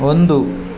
ಒಂದು